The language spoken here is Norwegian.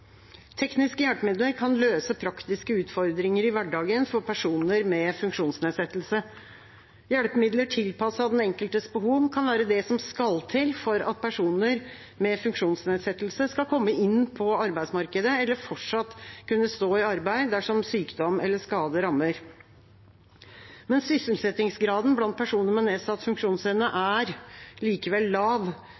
Tekniske hjelpemidler kan løse praktiske utfordringer i hverdagen for personer med funksjonsnedsettelse. Hjelpemidler tilpasset den enkeltes behov kan være det som skal til for at personer med funksjonsnedsettelse skal komme inn på arbeidsmarkedet, eller fortsatt kunne stå i arbeid dersom sykdom eller skade rammer. Sysselsettingsgraden blant personer med nedsatt funksjonsevne